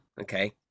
okay